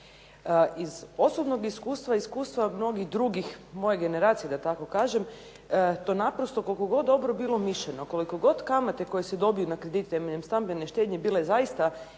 Iz osobnog iskustva i iskustva mnogih drugih moje generacije da tako kažem to naprosto, koliko god dobro bilo mišljeno, koliko god kamate koji se dobiju na kredit temeljem stambene štednje bile zaista,